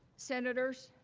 senators,